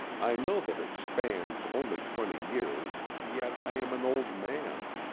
i know that it spans only twenty years, yet i am an old man.